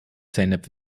zeynep